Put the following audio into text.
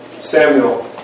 Samuel